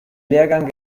lehrgang